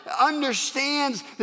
understands